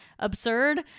absurd